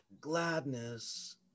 gladness